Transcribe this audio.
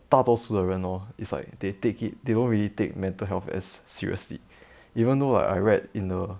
大多数的人 orh it's like they take it they don't really take mental health as seriously even though like I read in a